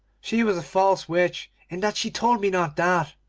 she was a false witch in that she told me not that